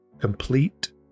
complete